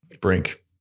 Brink